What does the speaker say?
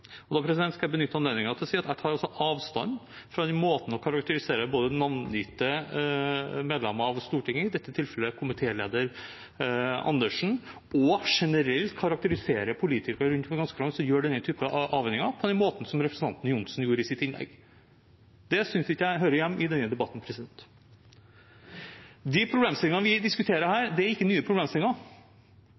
Og da skal jeg benytte anledningen til å si at jeg tar avstand fra den måten å karakterisere både navngitte medlemmer av Stortinget på, i dette tilfellet komitéleder Andersen, og generelt karakterisere politikere rundt om i det ganske land som gjør denne typen avveininger, på den måten som representanten Johnsen gjorde i sitt innlegg. Det synes ikke jeg hører hjemme i denne debatten. De problemstillingene vi diskuterer her, er ikke nye problemstillinger.